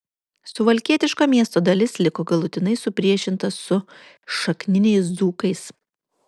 suvalkietiška miesto dalis liko galutinai supriešinta su šakniniais dzūkais